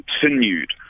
continued